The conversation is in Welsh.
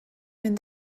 mynd